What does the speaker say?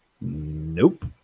nope